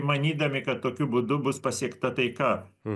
manydami kad tokiu būdu bus pasiekta taika